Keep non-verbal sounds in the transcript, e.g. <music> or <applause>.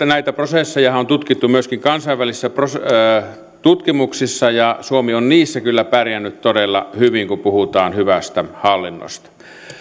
<unintelligible> näitä prosessejahan on tutkittu myöskin kansainvälisissä tutkimuksissa ja suomi on niissä kyllä pärjännyt todella hyvin kun puhutaan hyvästä hallinnosta